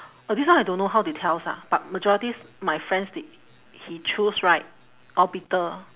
oh this one I don't know how they tells lah but majorities my friends they he choose right all bitter